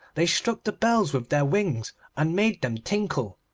they struck the bells with their wings and made them tinkle.